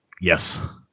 yes